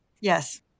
Yes